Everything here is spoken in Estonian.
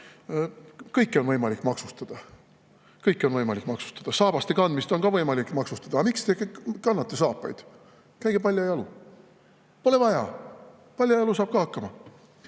Kõike on võimalik maksustada. Kõike on võimalik maksustada, saabaste kandmist on ka võimalik maksustada. Aga miks te kannate saapaid? Käige paljajalu! Pole vaja, paljajalu saab ka hakkama! Selles